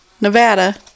Nevada